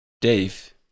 Dave